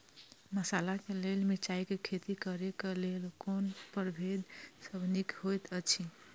मसाला के लेल मिरचाई के खेती करे क लेल कोन परभेद सब निक होयत अछि?